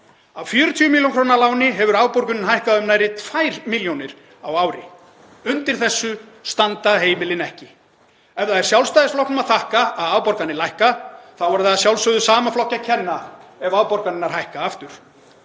Af 40 millj. kr. láni hefur afborgunin hækkað um nærri tvær milljónir á ári. Undir þessu standa heimilin ekki. Ef það er Sjálfstæðisflokknum að þakka að afborganir lækka þá er það að sjálfsögðu sama flokki að kenna ef afborganirnar hækka aftur.